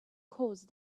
caused